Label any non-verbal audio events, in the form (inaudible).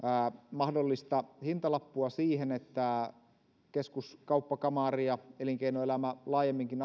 mahdollista hintalappua siihen että keskuskauppakamari ja elinkeinoelämä laajemminkin (unintelligible)